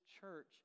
church